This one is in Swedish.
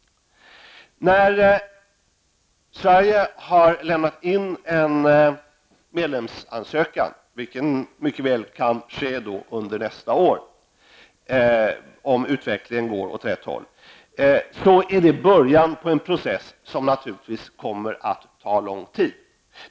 När Sverige lämnar in en medlemsansökan, vilket mycket väl kan ske under nästa år om utvecklingen går åt rätt håll, är det början på en process som naturligtvis kommer att ta lång tid.